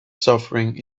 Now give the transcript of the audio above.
suffering